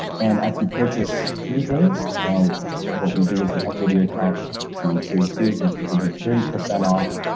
and if you purchase three things, um what we do is we upgrade your account to tier two, which would give you thirty percent off,